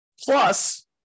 Plus